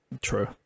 True